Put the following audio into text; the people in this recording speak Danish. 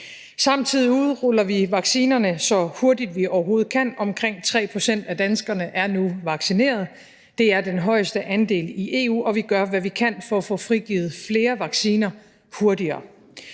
Samtidig udruller vi vaccinerne så hurtigt, vi overhovedet kan. Omkring 3 pct. af danskerne er nu vaccineret. Det er den højeste andel i EU, og vi gør, hvad vi kan, for at få frigivet flere vacciner hurtigere.